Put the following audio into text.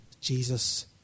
Jesus